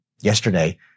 yesterday